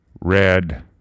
red